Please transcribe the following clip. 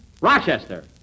Rochester